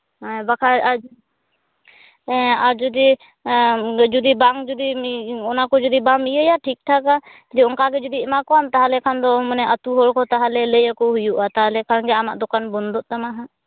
ᱦᱮᱸ ᱵᱟᱠᱷᱟᱡ ᱟᱨ ᱡᱩᱫᱤ ᱡᱩᱫᱤ ᱵᱟᱝ ᱡᱩᱫᱤ ᱚᱱᱟ ᱠᱚ ᱡᱩᱫᱤ ᱵᱟᱢ ᱤᱭᱟᱹᱭᱟ ᱴᱷᱤᱠᱼᱴᱷᱟᱠᱟ ᱡᱮ ᱚᱱᱠᱟ ᱜᱮ ᱡᱩᱫᱤ ᱮᱢᱟ ᱠᱚᱣᱟᱢ ᱛᱟᱦᱚᱞᱮ ᱠᱷᱟᱱ ᱫᱚ ᱚᱱᱟ ᱟᱛᱩ ᱦᱚᱲ ᱠᱚ ᱛᱟᱦᱚᱞᱮ ᱞᱟᱹᱭᱟᱠᱚ ᱦᱩᱭᱩᱜᱼᱟ ᱛᱟᱦᱞᱮᱠᱷᱟᱱ ᱜᱮ ᱟᱢᱟᱜ ᱫᱚᱠᱟᱱ ᱵᱚᱱᱫᱚᱜ ᱛᱟᱢᱟ ᱦᱟᱸᱜ